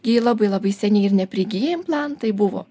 gi labai labai seniai ir neprigiję implantai buvo